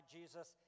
Jesus